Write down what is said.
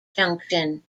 junction